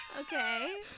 okay